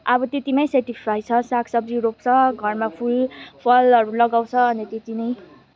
अब त्यतिमै सेटिस्फाई छ साग सब्जी रोप्छ घरमा फुल फलहरू लगाउँछ अन्त त्यति नै